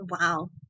Wow